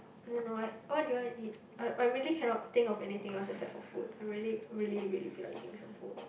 I don't know what what do you want to eat I I really cannot think of anything else except for food I really really really feel like eating some food